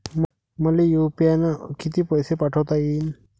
मले यू.पी.आय न किती पैसा पाठवता येईन?